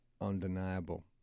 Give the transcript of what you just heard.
undeniable